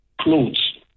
clothes